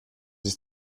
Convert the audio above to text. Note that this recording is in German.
ist